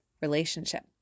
relationship